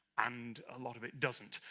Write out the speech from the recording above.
and a lot of it doesn't.